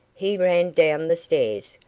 he ran down the stairs,